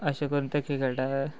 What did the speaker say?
अशे करून ते